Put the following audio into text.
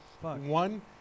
One